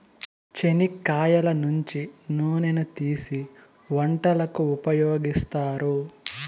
చెనిక్కాయల నుంచి నూనెను తీసీ వంటలకు ఉపయోగిత్తారు